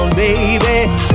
Baby